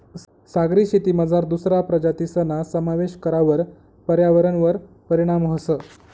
सागरी शेतीमझार दुसरा प्रजातीसना समावेश करावर पर्यावरणवर परीणाम व्हस